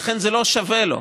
לכן, זה לא שווה לו.